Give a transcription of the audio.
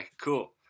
cool